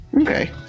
okay